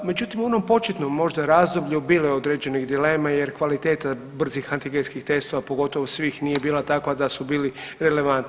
Međutim u onom početnom možda razdoblju bilo je određenih dilema jer kvaliteta brzih antigenskih testova, pogotovo svih nije bila takva da su bili relevantni.